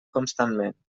constantment